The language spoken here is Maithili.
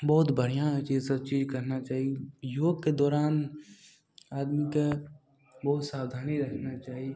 बहुत बढ़िआँ होइ छै ईसब चीज करना चाही योगके दौरान आदमीके बहुत सावधानी रखना चाही